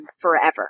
forever